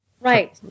Right